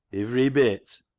ivery bit?